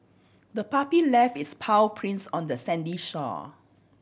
the puppy left its paw prints on the sandy shore